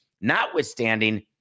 Notwithstanding